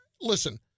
Listen